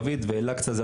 אל-אקצא.